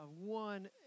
one